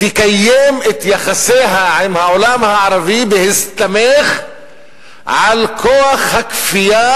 תקיים את יחסיה עם העולם הערבי בהסתמך על כוח הכפייה